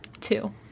two